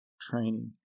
training